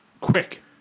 quick